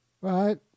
right